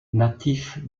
natif